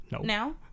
now